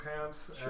pants